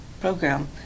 program